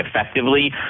effectively